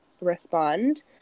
respond